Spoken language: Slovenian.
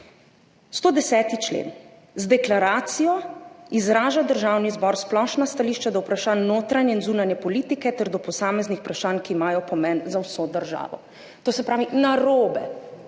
110. člen: »Z deklaracijo izraža Državni zbor splošna stališča do vprašanj notranje in zunanje politike ter do posameznih vprašanj, ki imajo pomen za vso državo.« To se pravi, narobe,